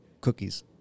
cookies